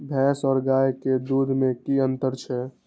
भैस और गाय के दूध में कि अंतर छै?